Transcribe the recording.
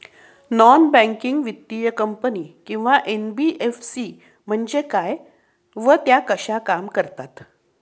Non banking वित्तीय company किंवा NBFC म्हणजे काय व त्या कशा काम करतात?